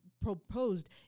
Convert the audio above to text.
proposed